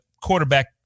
quarterback